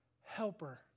helper